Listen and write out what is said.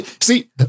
See